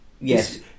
yes